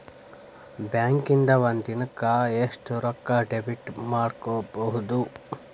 ಬ್ಯಾಂಕಿಂದಾ ಒಂದಿನಕ್ಕ ಎಷ್ಟ್ ರೊಕ್ಕಾ ಡೆಬಿಟ್ ಮಾಡ್ಕೊಬಹುದು?